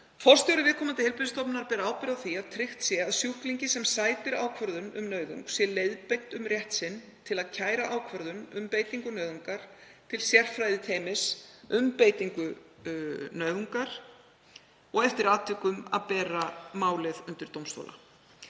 Forstjóri viðkomandi heilbrigðisstofnunar ber ábyrgð á því að tryggt sé að sjúklingi sem sætir ákvörðun um nauðung sé leiðbeint um rétt sinn til að kæra ákvörðun til sérfræðiteymis um beitingu nauðungar og eftir atvikum til að bera málið undir dómstóla.